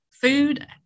food